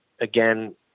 again